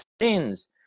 sins